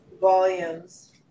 volumes